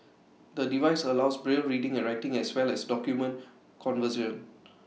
the device allows braille reading and writing as well as document conversion